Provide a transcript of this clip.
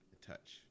touch